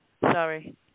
Sorry